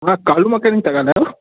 हा कालू मकेनिक था ॻाल्हायो